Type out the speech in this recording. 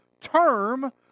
term